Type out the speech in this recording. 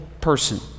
person